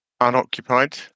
unoccupied